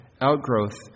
outgrowth